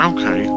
Okay